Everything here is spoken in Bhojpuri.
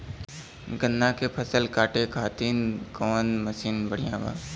गन्ना के फसल कांटे खाती कवन मसीन बढ़ियां बा?